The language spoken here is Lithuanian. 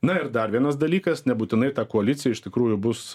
na ir dar vienas dalykas nebūtinai ta koalicija iš tikrųjų bus